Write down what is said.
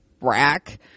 rack